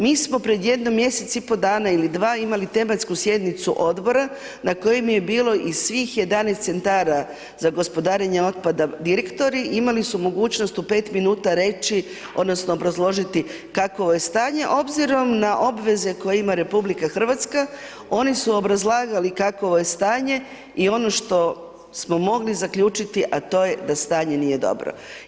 Mi smo pred jedno mjesec i pol dana ili dva imali tematsku sjednicu odbora, na kojem je bilo i svih 11 centara za gospodarenje otpada direktori, imali su mogućnost u 5 min reći, odnosno, obrazložiti kakvo je s tanje, obzirom na obveze koje ima RH, oni su obrazlagali kakvo je stanje i ono što smo mogli zaključiti, a to je da stanje nije dobro.